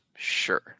sure